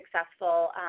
successful